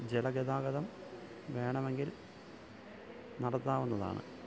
ജലഗതാഗതം വേണമെങ്കിൽ നടത്താവുന്നതാണ്